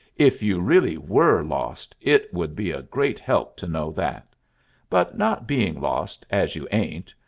if you really were lost, it would be a great help to know that but not being lost, as you ain't,